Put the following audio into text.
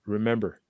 Remember